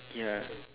ya